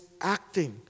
acting